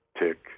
Tick